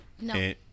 no